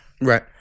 right